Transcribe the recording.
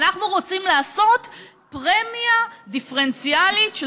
אנחנו רוצים לעשות פרמיה דיפרנציאלית של